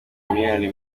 miliyoni